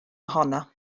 ohono